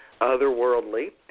otherworldly